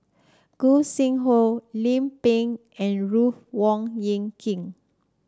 Gog Sing Hooi Lim Pin and Ruth Wong Hie King